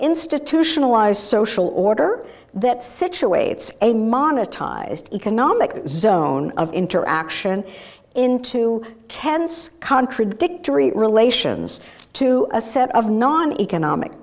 institutionalize social order that situates a monetized economic zone of interaction into tense contradictory relations to a set of non economic